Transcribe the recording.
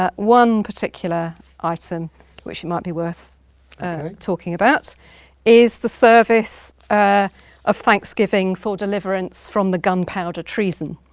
ah one particular item which might be worth talking about is the service of thanksgiving for deliverance from the gunpowder treason,